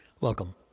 Welcome